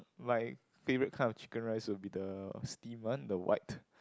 like favourite kind of chicken rice will be the steam one the white